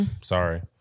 Sorry